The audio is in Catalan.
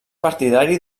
partidari